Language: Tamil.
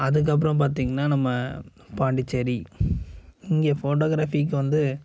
அதுக்கப்புறம் பார்த்தீங்கன்னா நம்ம பாண்டிச்சேரி இங்கே ஃபோட்டோகிராஃபிக்கு வந்து